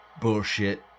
bullshit